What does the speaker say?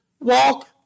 walk